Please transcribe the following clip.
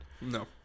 No